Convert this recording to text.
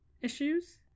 issues